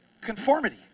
Conformity